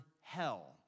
hell